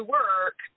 work